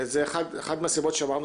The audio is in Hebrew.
לתת עדיפות לחברי ועדה,